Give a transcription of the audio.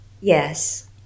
yes